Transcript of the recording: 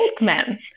men